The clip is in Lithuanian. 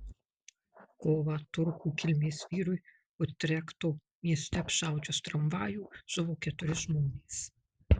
kovą turkų kilmės vyrui utrechto mieste apšaudžius tramvajų žuvo keturi žmonės